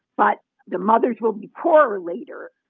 but the mothers will be poorer later.